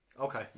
Okay